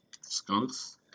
skunks